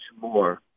more